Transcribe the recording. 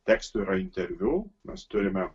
tekstų yra interviu mes turime